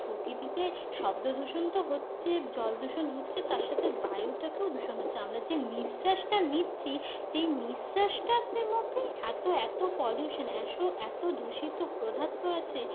প্রকৃতিতে শব্দ দূষণ তো হচ্ছে জল দূষণ হচ্ছে তার সাথে বায়ুটাকেও দূষণ হচ্ছে আমরা যে নিঃশ্বাসটা নিচ্ছি সেই নিঃশ্বাসটাতে মধ্যেই এত এত পলিউশন এস এত দূষিত পদার্থ আছে